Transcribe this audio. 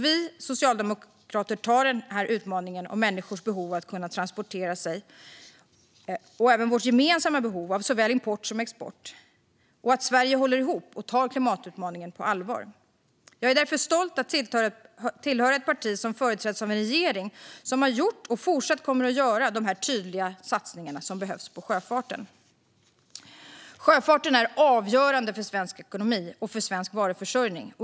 Vi socialdemokrater antar denna utmaning om människors behov av att kunna transportera sig, vårt gemensamma behov av såväl import som export och att Sverige håller ihop och tar klimatutmaningen på allvar. Jag är därför stolt över att tillhöra ett parti som företräds av en regering som har gjort och fortsatt kommer att göra dessa tydliga satsningar som behövs på sjöfarten. Sjöfarten är avgörande för svensk ekonomi och för svensk varuförsörjning.